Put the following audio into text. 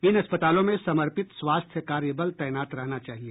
इन अस्पतालों में समर्पित स्वास्थ्य कार्य बल तैनात रहना चाहिए